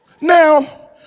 Now